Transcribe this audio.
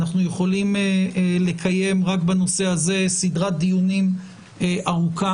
אנחנו יכולים לקיים רק בנושא הזה סדרת דיונים ארוכה